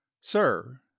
sir